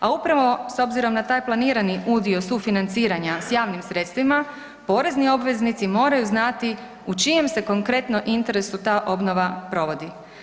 A upravo s obzirom na taj planirani udio sufinanciranja s javnim sredstvima porezni obveznici moraju znati u čijem se konkretno interesu ta obnova provodi.